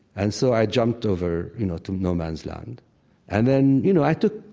and so i jumped over you know to no man's land and then, you know, i took